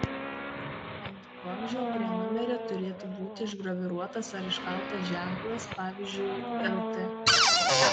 ant vamzdžio prie numerio turėtų būti išgraviruotas ar iškaltas ženklas pavyzdžiui lt